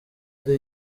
ari